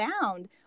found